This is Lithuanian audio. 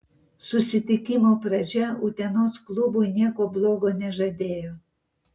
susitikimo pradžia utenos klubui nieko blogo nežadėjo